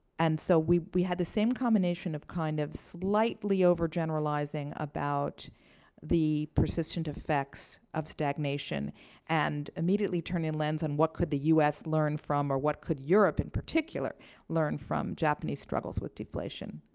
and so, we we had the same combination of kind of slightly over generalization about the persistent effects of stagnation and immediately turning the lens on what could the us learn from, or what could europe in particular learn from japanese struggles with deflation?